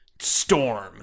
Storm